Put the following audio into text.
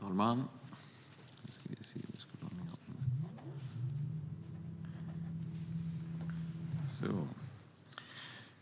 Herr talman!